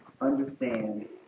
understand